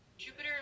Jupiter